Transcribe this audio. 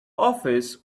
office